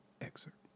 Excerpt